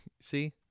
See